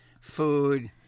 food